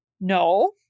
No